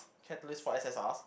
catalyst for